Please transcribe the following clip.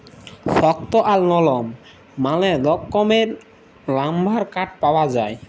শক্ত আর লরম ম্যালা রকমের লাম্বার কাঠ পাউয়া যায়